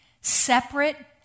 separate